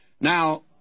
Now